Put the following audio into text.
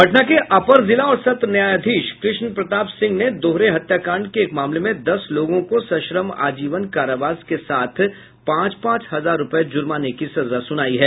पटना के अपर जिला और सत्र न्यायाधीश कृष्ण प्रताप सिंह ने दोहरे हत्याकांड के एक मामले में दस लोगों को सश्रम आजीवन कारावास के साथ पांच पांच हजार रूपये जुर्माने की सजा सुनायी है